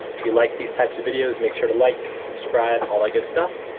if you like these types of videos, make sure to like, subscribe all that good stuff.